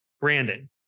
Brandon